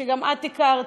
שגם את הכרת,